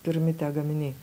pirmi tie gaminiai